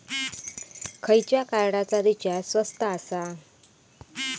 खयच्या कार्डचा रिचार्ज स्वस्त आसा?